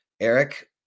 Eric